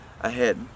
ahead